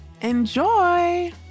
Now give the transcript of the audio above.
Enjoy